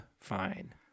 fine